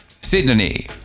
Sydney